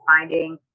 finding